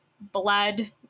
blood